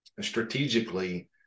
strategically